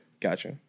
gotcha